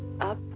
Up